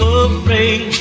afraid